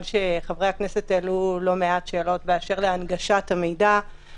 שחברי הכנסת העלו לא מעט שאלות באשר להנגשת המידע,